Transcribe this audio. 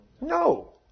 No